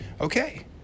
okay